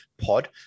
pod